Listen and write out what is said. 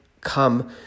come